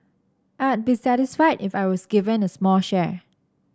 I'd be satisfied if I was given a small share